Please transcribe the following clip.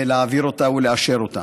להעביר אותה ולאשר אותה.